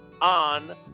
on